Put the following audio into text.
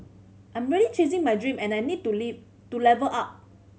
I'm really chasing my dream and I need to leave to level up